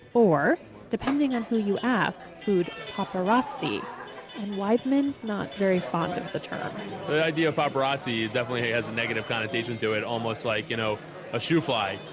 or depending on who you ask food paparazzi. and weibman's not very fond of the term the idea of paparazzi definitely has a negative connotation to it almost like you know a shoo-fly.